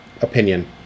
opinion